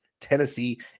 Tennessee